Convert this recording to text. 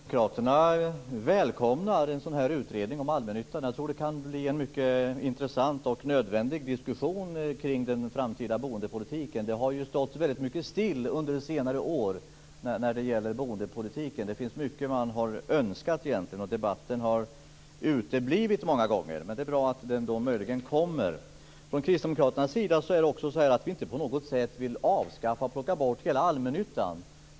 Fru talman! Kristdemokraterna välkomnar en sådan här utredning om allmännyttan. Jag tror att det kan bli en mycket intressant och nödvändig diskussion kring den framtida boendepolitiken. Det har ju stått väldigt mycket still under senare år när det gäller boendepolitiken. Det finns mycket man har önskat, och debatten har många gånger uteblivit. Det är bra om den nu möjligen kommer. Vi kristdemokrater vill inte på något sätt avskaffa eller plocka bort hela allmännyttan.